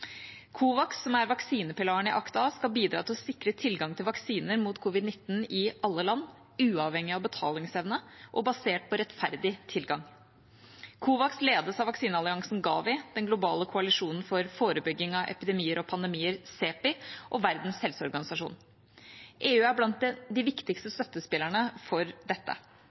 som er vaksinepilaren i ACT-A, skal bidra til å sikre tilgang til vaksiner mot covid-19 i alle land, uavhengig av betalingsevne og basert på rettferdig tilgang. COVAX ledes av vaksinealliansen Gavi, den globale koalisjonen for forebygging av epidemier og pandemier, CEPI, og Verdens helseorganisasjon. EU er blant de viktigste støttespillerne for dette